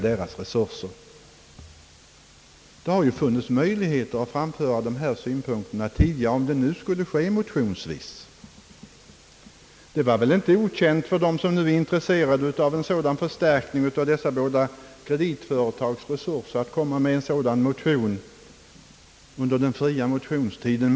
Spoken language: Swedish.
Det har ju funnits möjligheter att framföra dessa synpunkter tidigare, om det nu skulle ske motionsvis. De som var intresserade för en sådan förstärkning av dessa båda kreditföretags resurser hade väl kunnat väcka en sådan motion under den fria motionstiden.